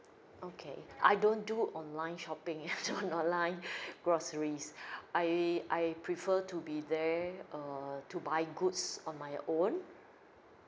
okay I don't do online shopping or online groceries I I prefer to be there err to buy goods on my own